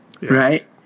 Right